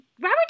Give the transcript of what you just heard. Robert